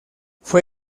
fue